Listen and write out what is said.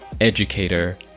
educator